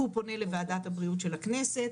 הוא פונה לוועדת הבריאות של הכנסת,